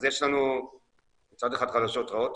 אז יש לנו מצד אחד חדשות רעות,